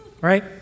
right